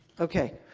okay.